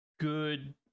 good